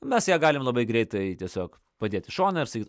mes ją galim labai greitai tiesiog padėt į šoną ir sakyt